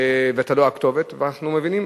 ואתה לא הכתובת, ואנחנו מבינים.